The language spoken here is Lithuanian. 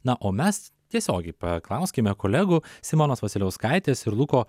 na o mes tiesiogiai paklauskime kolegų simonos vasiliauskaitės ir luko